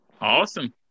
Awesome